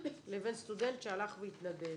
לבין סטודנט שהלך והתנדב.